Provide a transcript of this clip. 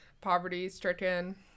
poverty-stricken